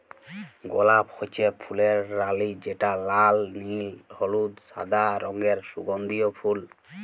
গলাপ হচ্যে ফুলের রালি যেটা লাল, নীল, হলুদ, সাদা রঙের সুগন্ধিও ফুল